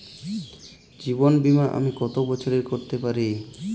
জীবন বীমা আমি কতো বছরের করতে পারি?